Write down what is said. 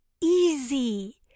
easy